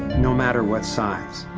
no matter what size.